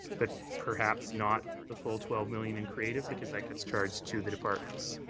but perhaps not the full twelve million in creative because that gets charged to the departments.